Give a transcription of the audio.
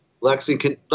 Lexington